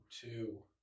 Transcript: two